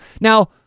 Now